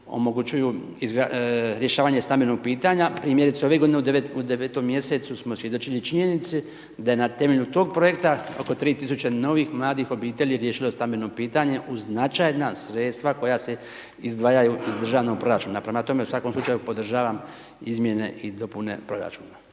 omogućuju rješavanje stambenog pitanja, primjerice ove godine u 9. mj. smo svjedočili činjenici, da je na temelju tog projekta oko 3000 novih mladih obitelji riješilo stambeno pitanje uz značajna sredstva koja se izdvajaju iz državnog proračuna, prema tome u svakom slučaju podržavam izmjene i dopune proračuna.